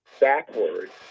backwards